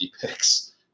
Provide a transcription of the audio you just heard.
picks